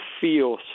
feel